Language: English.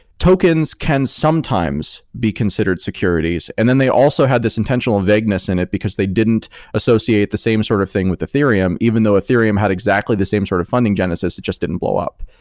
tokens can sometimes be considered securities, and then they also had this intentional vagueness in it because they didn't associate the same sort of thing with ethereum theory even though ethereum had exactly the same sort of funding genesis, it just didn't blow up.